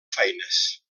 feines